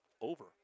over